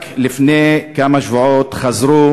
רק לפני כמה שבועות חזרו